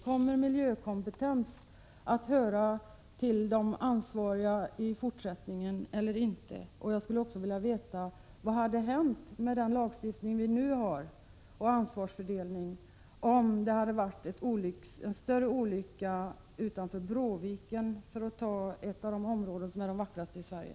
Kommer miljökompetens att finnas hos de ansvariga i fortsättningen eller inte? Jag skulle också vilja veta: Vad hade hänt, med den lagstiftning och ansvarsfördelning som vi nu har, om det hade varit en större olycka utanför Bråviken, för att ta ett av de vackraste områdena i Sverige?